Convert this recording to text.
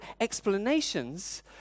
explanations